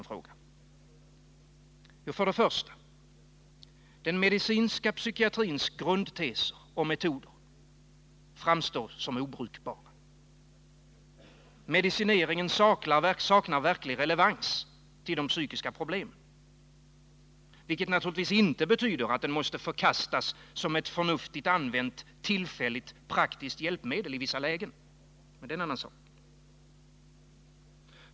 För det första: Den medicinska psykiatrins grundteser och metoder framstår som obrukbara. Medicineringen saknar verklig relevans till psykiska problem — vilket inte betyder att den måste förkastas som ett förnuftigt använt, tillfälligt, praktiskt hjälpmedel i vissa lägen, men det är en annan sak.